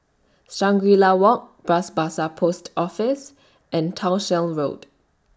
Shangri La Walk Bras Basah Post Office and Townshend Road